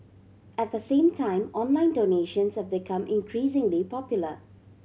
at the same time online donations have become increasingly popular